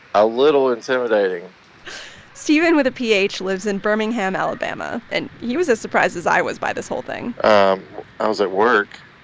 ah little intimidating stephen with a p h lives in birmingham, ala, um ah and he was as surprised as i was by this whole thing um i was at work.